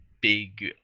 big